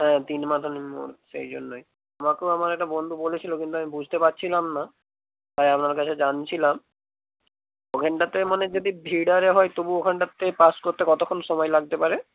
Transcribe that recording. হ্যাঁ তিন মাথার মোড় সেই জন্যই আমাকেও আমার একটা বন্ধু বলেছিল কিন্তু আমি বুঝতে পারছিলাম না তাই আপনার কাছে জানছিলাম ওখানটাতে মানে যদি ভিড় আরে হয় তবু ওখানটাতে পাস করতে কতক্ষণ সময় লাগতে পারে